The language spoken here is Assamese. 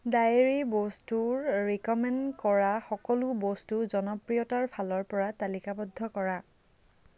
ডায়েৰীৰ বস্তুৰ ৰিক'মেণ্ড কৰা সকলো বস্তু জনপ্ৰিয়তাৰ ফালৰ পৰা তালিকাৱদ্ধ কৰা